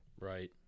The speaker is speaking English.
Right